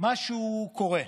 משהו קורה.